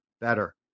better